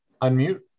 Unmute